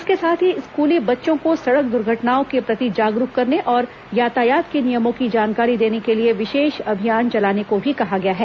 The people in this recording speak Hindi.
इसके साथ ही स्कूली बच्चों को सड़क दुर्घटनाओं के प्रति जागरूक करने और यातायात के नियमों की जानकारी देने के लिए विशेष अभियान चलाने को भी कहा गया है